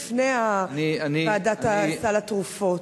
לפני ועדת סל התרופות.